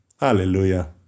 Hallelujah